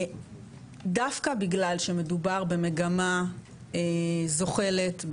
דווקא בגלל שמדובר במגמה זוחלת,